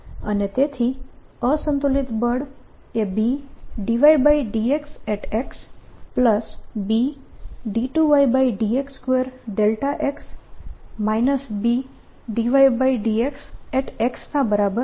અને તેથી અસંતુલિત બળ એ B∂y∂xxBx B∂y∂xx ના બરાબર છે